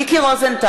נגד מיקי רוזנטל,